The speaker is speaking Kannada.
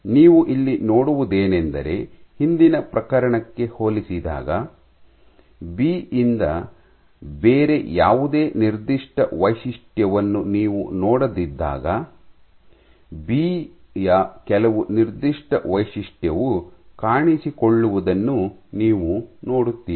ನೀವು ಇಲ್ಲಿ ನೋಡುವುದೇನೆಂದರೆ ಹಿಂದಿನ ಪ್ರಕರಣಕ್ಕೆ ಹೋಲಿಸಿದಾಗ ಬಿ ಯಿಂದ ಬೇರೆ ಯಾವುದೇ ನಿರ್ದಿಷ್ಟ ವೈಶಿಷ್ಟ್ಯವನ್ನು ನೀವು ನೋಡದಿದ್ದಾಗ ಬಿ ಯ ಕೆಲವು ನಿರ್ದಿಷ್ಟ ವೈಶಿಷ್ಟ್ಯವು ಕಾಣಿಸಿಕೊಳ್ಳುವುದನ್ನು ನೀವು ನೋಡುತ್ತೀರಿ